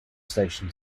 station